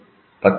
S